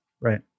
Right